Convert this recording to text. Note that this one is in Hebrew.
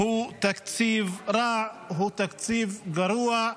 הוא תקציב רע, הוא תקציב גרוע,